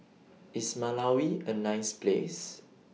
IS Malawi A nice Place